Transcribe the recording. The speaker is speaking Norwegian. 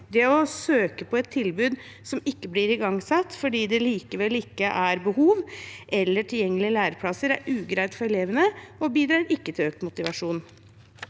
Det å søke på et tilbud som ikke blir igangsatt fordi det likevel ikke er behov eller tilgjengelige læreplasser, er ugreit for elevene og bidrar ikke til økt motivasjon.